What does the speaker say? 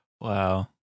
Wow